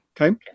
Okay